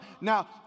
Now